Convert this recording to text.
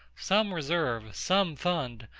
some reserve, some fund,